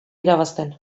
irabazten